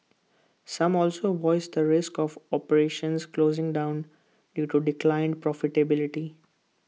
some also voiced the risk of operations closing down due to declined profitability